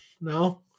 No